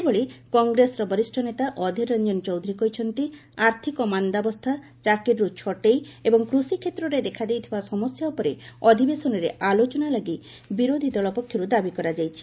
ସେହିଭଳି କଂଗ୍ରେସର ବରିଷ୍ଠ ଅଧୀର ରଞ୍ଜନ ଚୌଧୁରୀ କହିଛନ୍ତି ଆର୍ଥକ ମାନ୍ଦାବସ୍ଥା ଚାକିରିରୁ ଛଟେଇ ଏବଂ କୃଷି କ୍ଷେତ୍ରରେ ଦେଖାଦେଇଥିବା ସମସ୍ୟା ଉପରେ ଅଧିବେଶନରେ ଆଲୋଚନା ଲାଗି ବିରୋଧ ଦଳ ପକ୍ଷରୁ ଦାବି କରାଯାଇଛି